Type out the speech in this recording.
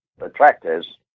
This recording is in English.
attractors